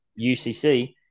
UCC